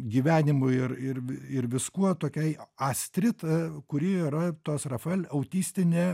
gyvenimu ir ir vi ir viskuo tokiai astrid a kuri yra tos rafael autistinė